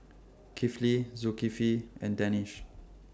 Kifli Zulkifli and Danish